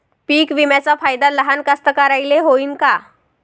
पीक विम्याचा फायदा लहान कास्तकाराइले होईन का?